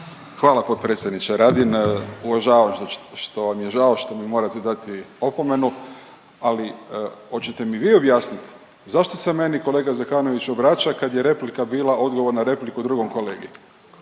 Hvala potpredsjedniče Radin. Uvažavam što vam je žao, što mi morate dati opomenu, ali hoćete mi vi objasniti zašto se meni kolega Zekanović obraća kad je replika bila, odgovor na repliku drugom kolegi?